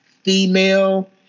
Female